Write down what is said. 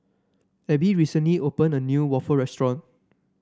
Abbie recently opened a new waffle restaurant